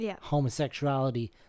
homosexuality